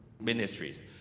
ministries